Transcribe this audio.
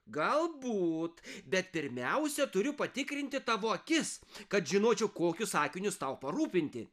galbūt bet pirmiausia turiu patikrinti tavo akis kad žinočiau kokius akinius tau parūpinti